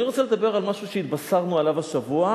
אני רוצה לדבר על משהו שהתבשרנו עליו השבוע,